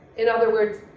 in other words,